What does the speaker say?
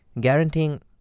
guaranteeing